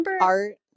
art